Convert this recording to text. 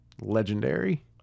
legendary